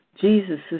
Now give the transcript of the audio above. Jesus